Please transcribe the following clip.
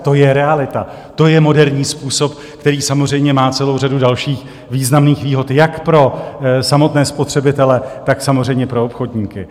To je realita, to je moderní způsob, který samozřejmě má celou řadu dalších významných výhod jak pro samotné spotřebitele, tak samozřejmě pro obchodníky.